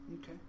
Okay